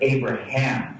Abraham